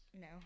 No